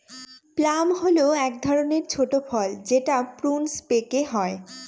plum হল এক ধরনের ছোট ফল যেটা প্রুনস পেকে হয়